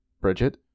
Bridget